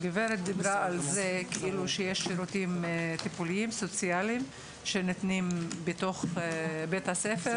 הגברת דיברה על זה שיש שירותים סוציאליים שניתנים בתוך בית הסוהר,